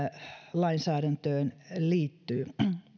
nykylainsäädäntöön liittyy